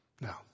no